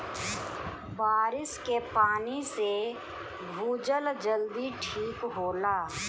बारिस के पानी से भूजल जल्दी ठीक होला